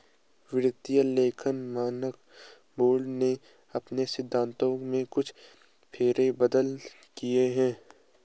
वित्तीय लेखा मानक बोर्ड ने अपने सिद्धांतों में कुछ फेर बदल किया है